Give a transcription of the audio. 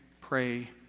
pray